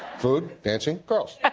food, dancing, girls.